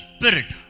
Spirit